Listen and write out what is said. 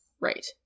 Right